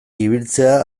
ibiltzea